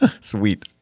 sweet